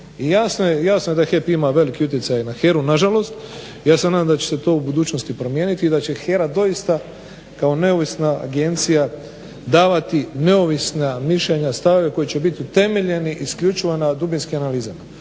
jasno je da HEP ima veliki utjecaj na HERA-u nažalost. Ja se nadam da će se to u budućnosti promijeniti i da će HERA doista kao neovisna agencija davati neovisna mišljenja, stavove koji će bit utemeljeni isključivo na dubinskim analizama.